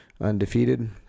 undefeated